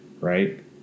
right